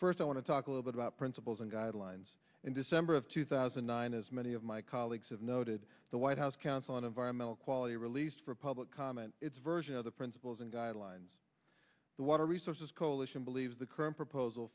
first i want to talk a little bit about principles and guidelines in december of two thousand and nine as many of my colleagues have noted the white house council on environmental quality released for public comment its version of the principles and guidelines the water resources coalition believes the current proposal